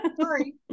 Sorry